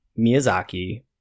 Miyazaki